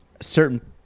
certain